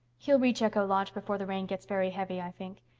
he'll reach echo lodge before the rain gets very heavy, i think.